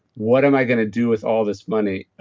what am i going to do with all this money?